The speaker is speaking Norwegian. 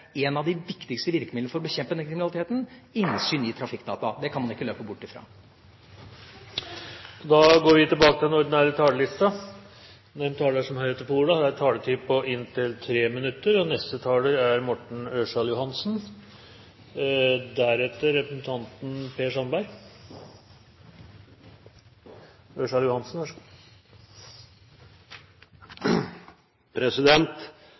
av de viktigste virkemidlene for å bekjempe denne kriminaliteten – innsyn i trafikkdata. Det kan man ikke løpe bort fra. De talerne som heretter får ordet, har en taletid på inntil 3 minutter. Det er en viktig debatt vi har nå, men hvor viktig den er,